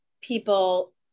people